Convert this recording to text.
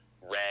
red